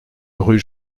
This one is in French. rue